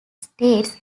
states